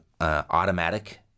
automatic